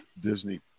Disney